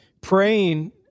praying